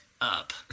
up